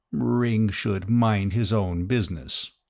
ringg should mind his own business.